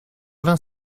vingt